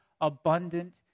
abundant